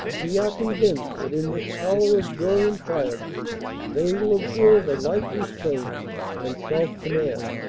we are convinced that in this hour of joy and triumph they will observe a like restraint and self-command.